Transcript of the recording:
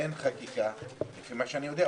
אין חקיקה לפי מה שאני יודע.